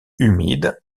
humides